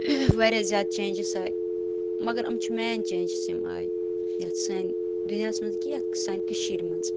واریاہ زیادٕ چینٛجِس آیے مگر یِم چھِ مین چینٛجِس یِم آیہِ یَتھ سٲنۍ دُنیاہَس منٛز کیٚنٛہہ یَتھ سانہِ کٔشیٖرِ منٛز